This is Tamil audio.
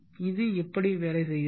இது எப்படி வேலை செய்கிறது